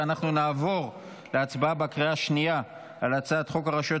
ואנחנו נעבור להצבעה בקריאה השנייה על הצעת חוק הרשויות